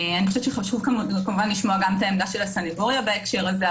חשוב לשמוע גם את העמד של הסנגוריה בהקשר הזה,